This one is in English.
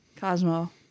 Cosmo